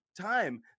time